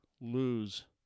lose